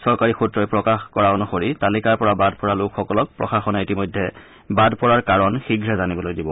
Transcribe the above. চৰকাৰী সূত্ৰই প্ৰকাশ অনুসৰি তালিকাৰ পৰা বাদ পৰা লোকসকলক প্ৰশাসনে ইতিমধ্যে বাদ পৰাৰ কাৰণ শীঘ্ৰে জানিবলৈ দিব